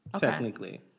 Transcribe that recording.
Technically